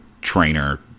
trainer